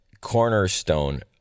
cornerstone